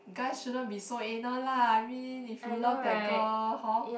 guy shouldn't be so anal lah I mean if you love that girl hor